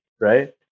right